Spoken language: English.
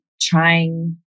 trying